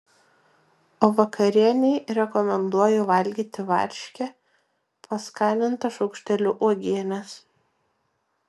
o vakarienei rekomenduoju valgyti varškę paskanintą šaukšteliu uogienės